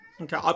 Okay